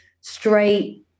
straight